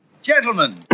Gentlemen